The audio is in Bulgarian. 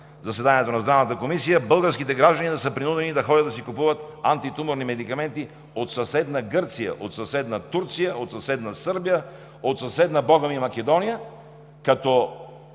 заседанието на Здравната комисия, българските граждани да са принудени да ходят да си купуват антитуморни медикаменти от съседна Гърция, от съседна Турция, от съседна Сърбия, от съседна, бога ми, Македония?